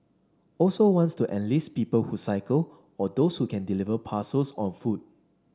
also wants to enlist people who cycle or those who can deliver parcels on foot